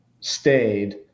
stayed